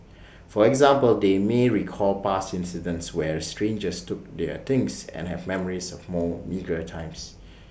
for example they may recall past incidents where strangers took their things and have memories of more meagre times